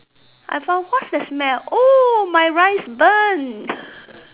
I found what's that smell oh my rice burnt